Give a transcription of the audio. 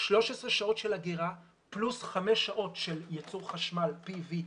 13 שעות של אגירה פלוס חמש שעות של ייצור חשמל פי.וי.